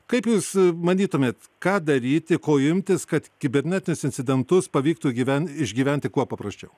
kaip jūs manytumėt ką daryti ko imtis kad kibernetinius incidentus pavyktų gyventi išgyventi kuo paprasčiau